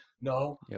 No